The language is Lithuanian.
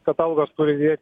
kad algos turi didėt